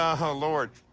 um oh, lord.